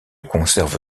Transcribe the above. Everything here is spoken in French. conserve